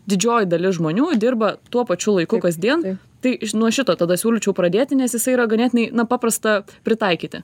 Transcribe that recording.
didžioji dalis žmonių dirba tuo pačiu laiku kasdien tai nuo šito tada siūlyčiau pradėti nes jisai yra ganėtinai na paprasta pritaikyti